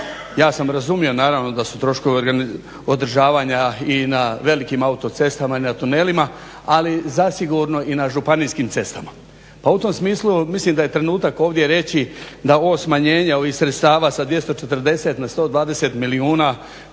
Ja sam razumio naravno da su troškovi održavanja i na velikim autocestama i na tunelima, ali zasigurno i na županijskim cestama. Pa u tom smislu mislim da je trenutak ovdje reći da ovo smanjenje, ovih sredstava sa 240 na 120 milijuna